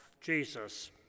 Jesus